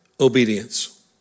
Obedience